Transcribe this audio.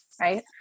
Right